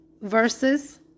verses